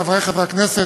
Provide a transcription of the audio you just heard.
חברי חברי הכנסת,